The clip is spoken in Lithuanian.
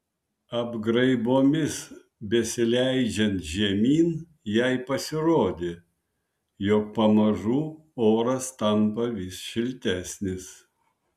apgraibomis besileidžiant žemyn jai pasirodė jog pamažu oras tampa vis šiltesnis